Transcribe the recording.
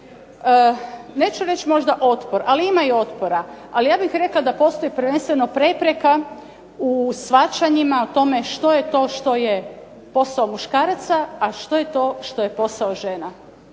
neću reći otpor ali ima i otpora, ali ja bih rekla da postoji prvenstveno prepreka u shvaćanjima, u tome što je to što je posao muškaraca, a što je to što je posao žena.